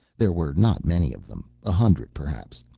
there were not many of them a hundred perhaps.